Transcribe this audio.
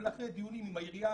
ואחרי דיונים עם העירייה,